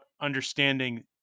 understanding